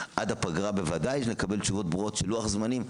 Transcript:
עד הפגרה בוודאי שנקבל תשובות ברורות של לוח זמנים,